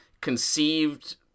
conceived